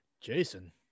Jason